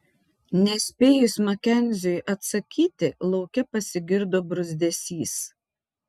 nespėjus makenziui atsakyti lauke pasigirdo bruzdesys